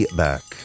back